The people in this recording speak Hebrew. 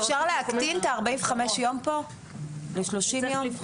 אפשר להקטין את ה-45 יום פה ל-30 יום?